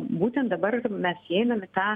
būtent dabar ir mes įeinam į tą